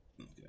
Okay